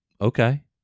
Okay